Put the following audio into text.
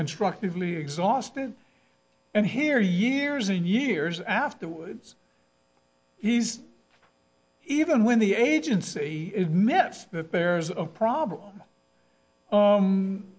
constructively exhausted and here years and years afterwards he's even when the agency admits that there's a problem